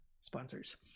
sponsors